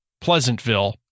Pleasantville